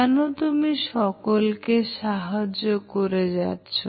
কেন তুমি সকলকে সাহায্য করে যাচ্ছ